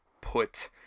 put